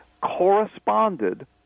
corresponded